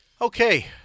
Okay